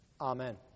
Amen